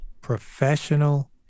professional